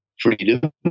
Freedom